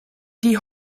die